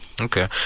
Okay